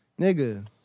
Nigga